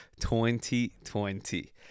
2020